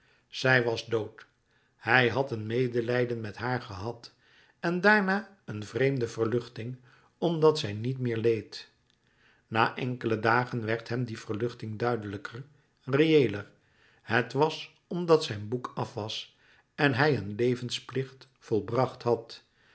zij was dood hij had een medelijden met haar gehad en daarna een vreemde verluchting omdat zij niet meer leed na enkele dagen werd hem die verluchting duidelijker reëeler het was omdat zijn boek af was en hij een levensplicht volbracht had